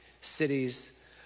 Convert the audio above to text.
cities